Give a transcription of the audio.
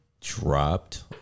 dropped